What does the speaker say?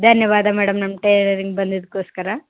ಧನ್ಯವಾದ ಮೇಡಮ್ ನಮ್ಮ ಟೈಲರಿಂಗ್ ಬಂದಿದ್ದಕ್ಕೋಸ್ಕರ